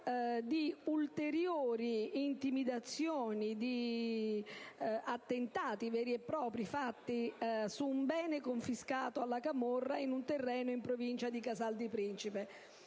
di ulteriori intimidazioni, di attentati veri e propri effettuati su un bene confiscato alla camorra in un terreno nel territorio di Casal di Principe: